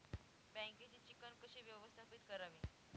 बँकेची चिकण कशी व्यवस्थापित करावी?